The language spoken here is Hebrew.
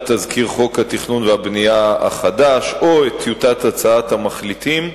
תזכיר חוק התכנון והבנייה החדש או את טיוטת הצעת המחליטים.